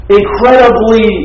incredibly